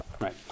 Right